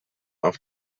auf